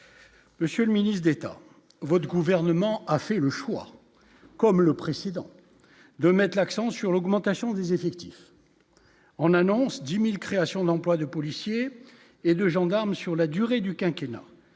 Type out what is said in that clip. Monsieur le ministre d'État, votre gouvernement a fait le choix, comme le précédent de mettent l'accent sur l'augmentation des effectifs, on annonce 10000 créations d'emplois de policiers et de gendarmes sur la durée du quinquennat